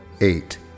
eight